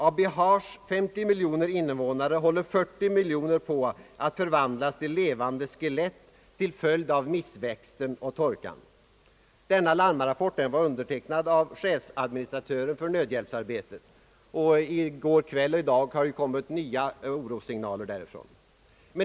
Av Bihars 00 miljoner invånare, håller 40 miljoner på att förvandlas till levande skelett till följd av missväxten och torkan. Denna larmrapport var undertecknad av chefsadministratören för nödhjälpsarbetet. I går kväll och i dag har kommit nya orossignaler därifrån.